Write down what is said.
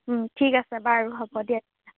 ঠিক আছে বাৰু হ'ব দিয়ক দিয়া